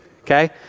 okay